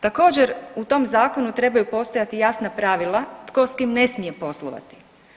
Također, u tom zakonu trebaju postojati jasna pravila tko s kim ne smije poslovati.